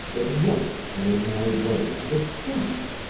at once made my way to the spot.